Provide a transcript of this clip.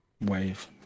wave